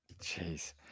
jeez